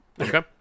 Okay